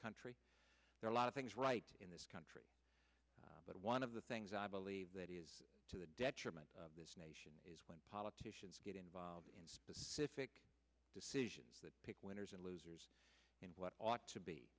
country there are a lot of things right in this country but one of the things i believe that is to the detriment of this nation is when politicians get involved in specific decisions that pick winners and losers and what ought to be